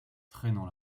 traînant